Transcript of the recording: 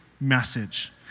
message